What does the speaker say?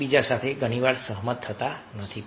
એકબીજા સાથે સહમત નથી